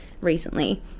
recently